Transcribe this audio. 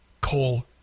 coal